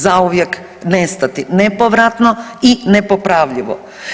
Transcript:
Zauvijek nestati nepovratno i nepopravljivo.